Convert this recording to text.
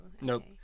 Nope